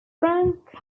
frank